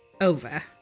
over